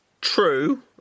True